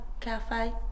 cafe